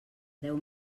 deu